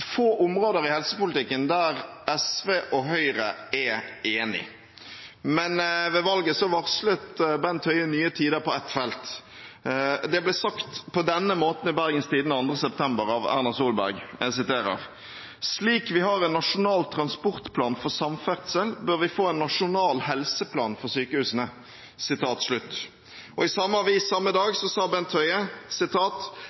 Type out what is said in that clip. få områder i helsepolitikken der SV og Høyre er enige, men ved valget varslet Bent Høie nye tider på ett felt. Det ble sagt på denne måten i Bergens Tidende 2. september 2013 av Erna Solberg: «Slik vi har en Nasjonal transportplan for samferdsel, bør vi få en nasjonal helseplan for sykehusene.» Og i samme